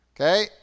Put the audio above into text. Okay